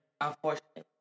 unfortunately